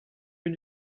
rue